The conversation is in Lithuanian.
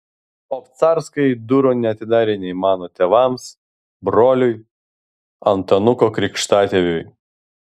obcarskai durų neatidarė nei mano tėvams broliui antanuko krikštatėviui